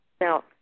Now